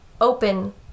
open